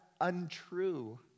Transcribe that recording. untrue